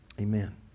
amen